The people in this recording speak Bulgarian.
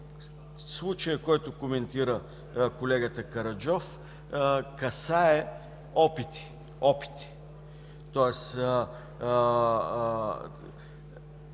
Случаят, който коментира колегата Караджов, касае опити, тоест